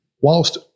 whilst